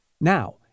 Now